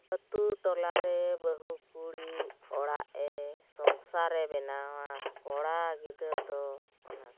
ᱟᱛᱳ ᱴᱚᱞᱟᱨᱮ ᱵᱟᱹᱦᱩ ᱠᱩᱲᱤ ᱚᱲᱟᱜ ᱮ ᱥᱚᱝᱥᱟᱨᱮ ᱵᱮᱱᱟᱣᱟ ᱠᱚᱲᱟ ᱜᱤᱫᱟᱹᱨ ᱫᱚ ᱚᱱᱟᱠᱚ